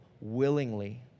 willingly